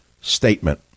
statement